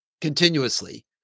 continuously